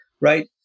Right